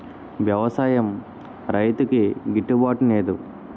వ్యవసాయం రైతుకి గిట్టు బాటునేదు